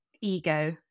ego